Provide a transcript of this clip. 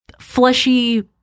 fleshy